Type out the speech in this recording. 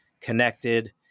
connected